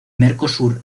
mercosur